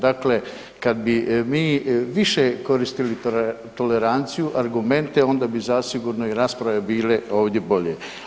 Dakle, kad bi mi više koristili toleranciju, argumente onda bi zasigurno i rasprave bile ovdje bolje.